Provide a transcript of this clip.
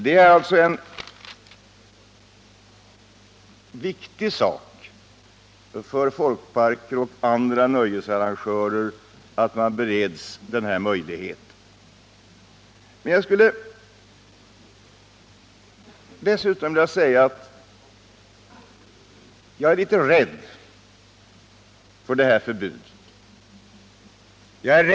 Det är alltså viktigt för folkparker och andra nöjesarrangörer att beredas denna möjlighet till spel. Jag vill dessutom säga att jag är rädd för det här förbudet.